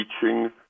teaching